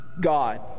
God